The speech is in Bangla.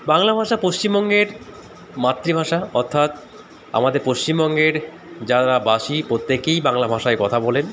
বাংলা ভাষা পশ্চিমবঙ্গের মাতৃভাষা অর্থাৎ আমাদের পশ্চিমবঙ্গের যারা বাসী প্রত্যেকেই বাংলা ভাষায় কথা বলেন